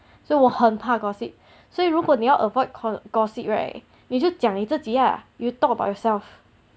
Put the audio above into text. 所以我很怕 gossip 所以如果你要 avoid go~ gossip right 你就讲你自己 ah you talk about yourself